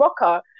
rocker